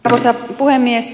arvoisa puhemies